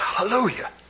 Hallelujah